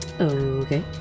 Okay